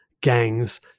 gangs